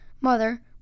Mother